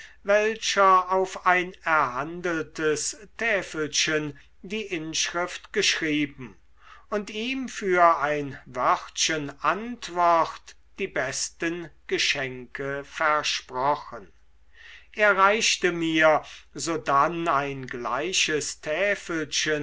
welcher auf ein erhandeltes täfelchen die inschrift geschrieben und ihm für ein wörtchen antwort die besten geschenke versprochen er reichte mir sodann ein gleiches